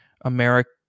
America